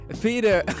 Peter